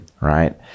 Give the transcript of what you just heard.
right